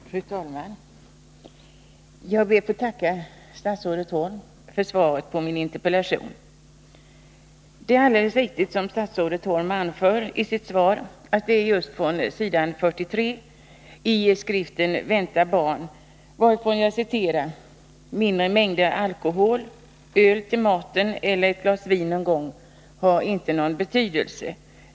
Fru talman! Jag ber att få tacka statsrådet Holm för svaret på min interpellation. Det är alldeles riktigt som statsrådet Holm i sitt svar anför att det är just följande citat från s. 43 i skriften Vänta barn jag syftar på: ”Mindre mängder alkohol-— öl till maten eller ett glas vin någon gång — har inte någon betydelse.